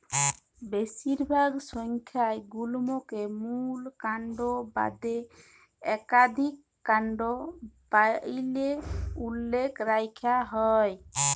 বেশিরভাগ সংখ্যায় গুল্মকে মূল কাল্ড বাদে ইকাধিক কাল্ড ব্যইলে উল্লেখ ক্যরা হ্যয়